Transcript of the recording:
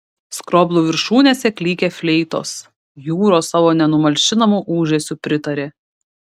skroblų viršūnėse klykė fleitos jūros savo nenumalšinamu ūžesiu pritarė